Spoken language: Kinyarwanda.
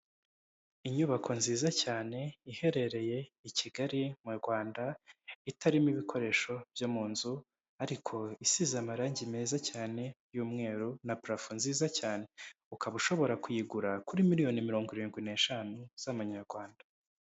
Inyubako nziza cyane iherereye i Kigali mu Rwanda, itarimo ibikoresho byo mu nzu, ariko isize amarangi meza cyane y'umweru na purafo nziza cyane, ukaba ushobora kuyigura kuri miliyoni mirongo irindwi n'eshanu z'amanyarwanda.